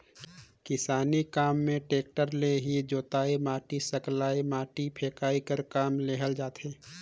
किसानी काम मे टेक्टर ले ही जोतई, माटी सकलई, माटी फेकई कर काम लेहल जाथे